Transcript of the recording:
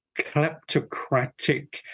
kleptocratic